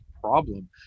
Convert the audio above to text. problem